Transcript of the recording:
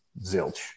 Zilch